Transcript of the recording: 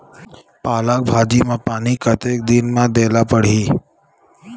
पालक भाजी म पानी कतेक दिन म देला पढ़ही?